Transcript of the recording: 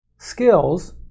skills